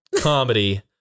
comedy